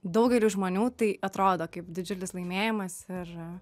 daugeliui žmonių tai atrodo kaip didžiulis laimėjimas ir